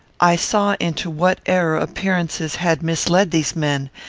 i saw into what error appearances had misled these men,